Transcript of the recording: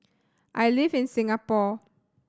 I live in Singapore